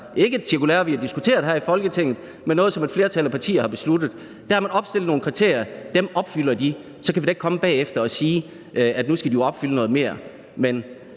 ikke et cirkulære, vi har diskuteret her i Folketinget, men det er noget, som et flertal af partierne har besluttet. Der har man opstillet nogle kriterier, og dem opfylder de. Så kan vi da ikke komme bagefter og sige, at nu skal de opfylde noget mere. Men